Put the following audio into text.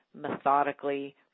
methodically